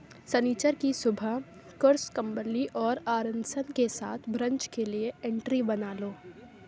سنیچر کی صبح کرس کمبرلی اور آرنسن کے ساتھ برنچ کے لیے اینٹری بنا لو